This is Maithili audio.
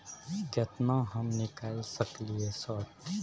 केतना हम निकाल सकलियै सर?